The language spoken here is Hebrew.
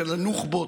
הנוח'בות,